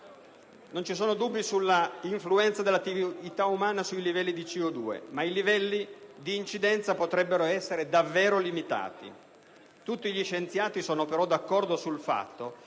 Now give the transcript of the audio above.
Non ci sono dubbi sull'influenza dell'attività umana sui livelli di CO2, ma i livelli di incidenza potrebbero essere davvero limitati. Tutti gli scienziati sono però d'accordo sul fatto